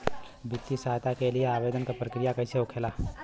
वित्तीय सहायता के लिए आवेदन क प्रक्रिया कैसे होखेला?